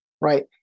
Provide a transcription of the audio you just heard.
right